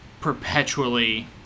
perpetually